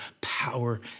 power